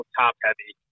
top-heavy